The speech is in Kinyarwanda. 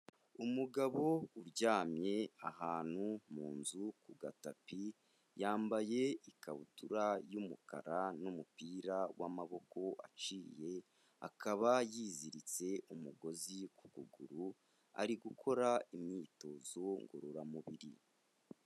Umugabo uryamye ahantu mu nzu ku gatapi, yambaye ikabutura y'umukara n'umupira w'amaboko aciye, akaba yiziritse umugozi ku kuguru ari gukora imyitozo ngororamubiri.